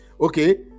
Okay